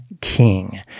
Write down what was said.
king